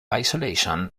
isolation